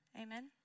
Amen